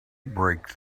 break